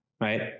right